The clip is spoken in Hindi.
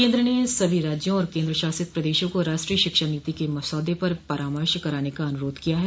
केन्द्र ने सभी राज्यों और केन्द्रशासित प्रदेशों को राष्ट्रीय शिक्षा नीति के मसौदे पर परामर्श कराने का अनुरोध किया है